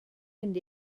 mynd